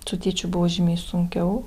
su tėčiu buvo žymiai sunkiau